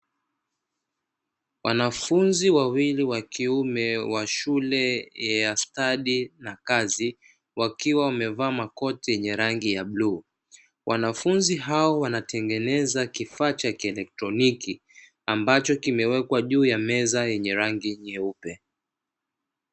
Wanafunzi wawili wa kiume wa shule ya stadi na kazi wakiwa wamevaa makoti yenye rangi ya bluu, wanafunzi hao wanatengeneza kifaa cha kielektroniki ambacho kimewekwa juu ya meza yenye rangi nyeupe.